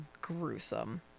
gruesome